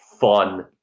fun